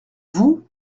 vous